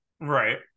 Right